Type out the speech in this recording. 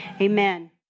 Amen